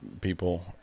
people